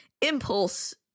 impulse